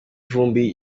vumbi